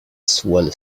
swell